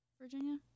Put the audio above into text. Virginia